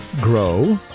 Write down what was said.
Grow